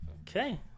okay